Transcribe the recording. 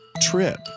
trip